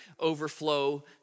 overflow